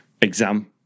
exam